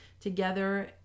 together